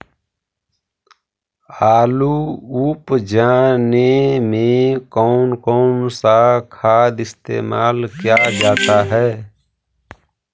आलू उप जाने में कौन कौन सा खाद इस्तेमाल क्या जाता है?